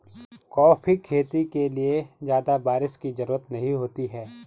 coffee खेती के लिए ज्यादा बाऱिश की जरूरत नहीं होती है